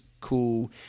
cool